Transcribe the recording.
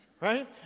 Right